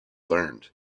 learned